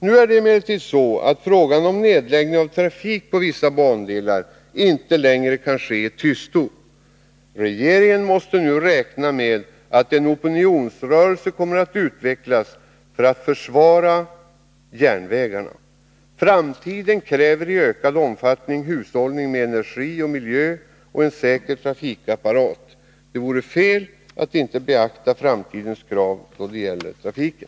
Nu är det emellertid så att frågan om nedläggning av trafik på vissa bandelar inte längre kan ske i tysthet. Regeringen måste nu räkna med att en opinionsrörelse kommer att utvecklas för att försvara järnvägarna. Framtiden kräver i ökad omfattning hushållning med energi och miljö och en säker trafikapparat. Det vore fel att inte beakta framtidens krav då det gäller trafiken.